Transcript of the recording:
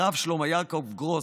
הרב שלמה יעקב גרוס,